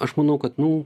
aš manau kad nu